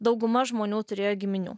dauguma žmonių turėjo giminių